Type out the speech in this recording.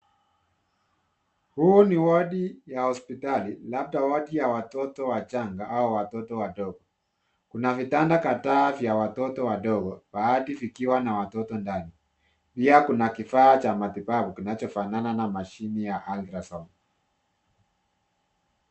Huu ni wodi ya hospitali labda wodi ya watoto wachanga au watoto wadogo. Kuna vitanda kadhaa ya watoto wadogo baadhi vikiwa na watoto ndani. Pia kuna kifaa cha matibabu kinachofanana na machine ya ultra sound.